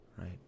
right